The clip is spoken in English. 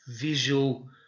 visual